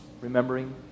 remembering